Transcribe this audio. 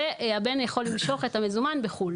והבן יכול למשוך את המזומן בחו"ל.